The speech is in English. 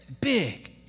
Big